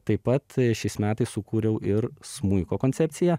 taip pat šiais metais sukūriau ir smuiko koncepciją